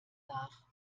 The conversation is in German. nach